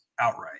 outright